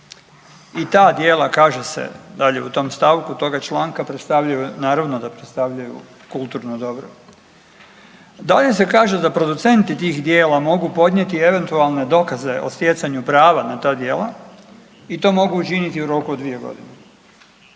i ta djela, kaže se dalje u tom stavku toga članka, predstavljaju, naravno da predstavljaju kulturno dobro. Dalje se kaže da producenti tih djela mogu podnijeti eventualne dokaze o stjecanju prava na ta djela i to mogu učiniti u roku od 2 godine,